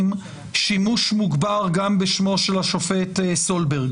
שימוש מוגבר גם בשמו של השופט סולברג.